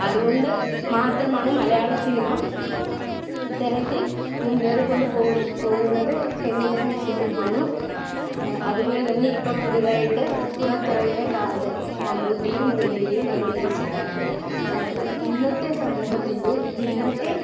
അതുകൊണ്ട് മാത്രമാണ് മലയാള സിനിമ ഇത്തരത്തിൽ മുന്നേറികൊണ്ട് പോ പോകുന്നത് എന്ന് ഞാൻ വിശ്വസിക്കുന്നു അതുപോലെ തന്നെ ഇപ്പോൾ പുതിയതായിട്ട് പുറത്തിറങ്ങിയ കാതൽ മമ്മൂട്ടിയും ജ്യോതികയും അഭിനയിച്ച കാതൽ അത് ഇന്നത്തെ സമൂഹത്തിൻ്റെ ഇന്നത്തെ